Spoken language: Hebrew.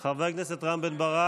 כמה זמן, חבר הכנסת רם בן ברק,